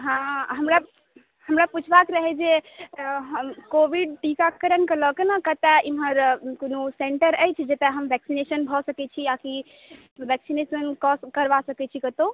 हँ हमरा हमरा पुछबाक रहऽ जे कोविड टीकाकरणके लऽ कऽ ने कतऽ इमहर कोनो सेन्टर अछि जतऽ हम वेक्सिनेशन भऽ सकैत छी आ कि वेक्सिनेशनके करबा सकैत छी कतहुँ